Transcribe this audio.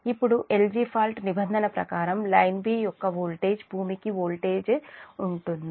ఇప్పుడు L G fault నిబంధన ప్రకారం లైన్ b యొక్క వోల్టేజ్ గ్రౌండ్ వోల్టేజ్ కి ఉంటుంది